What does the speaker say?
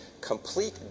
complete